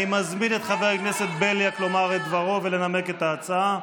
אני מזמין את חבר הכנסת בליאק לומר את דברו ולנמק את ההצעה,